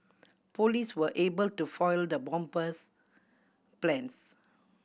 police were able to foil the bomber's plans